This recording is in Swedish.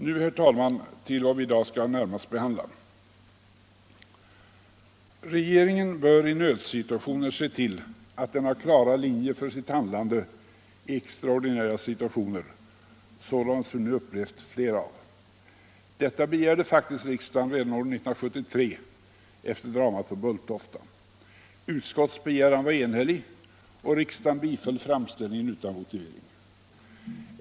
Nu, herr talman, övergår jag till vad vi i dag närmast skall behandla: Regeringen bör i nödsituationer se till att den har klara linjer för sitt handlande i extraordinära situationer, sådana som vi nu har upplevt flera av. Detta begärde faktiskt riksdagen redan år 1973 efter dramat på Bulltofta. Utskottets begäran var enhällig, och riksdagen biföll framställan utan votering.